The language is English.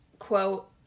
quote